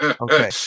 Okay